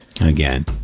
Again